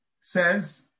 says